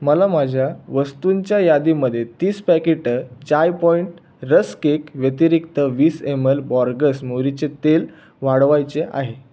मला माझ्या वस्तूंच्या यादीमध्ये तीस packet Chai point rusk cake व्यतिरिक्त वीस एम एल बॉर्गस मोहरीचे तेल वाढवायचे आहे